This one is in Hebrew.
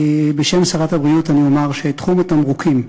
בשם שרת הבריאות אני אומר שתחום התמרוקים,